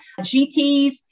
GTs